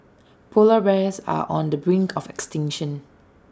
Polar Bears are on the brink of extinction